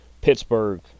Pittsburgh